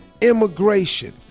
Immigration